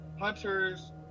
hunters